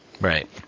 Right